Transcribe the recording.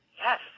Yes